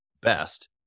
best